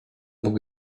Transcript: bóg